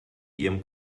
ihrem